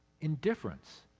indifference